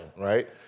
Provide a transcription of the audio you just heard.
right